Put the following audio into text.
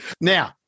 Now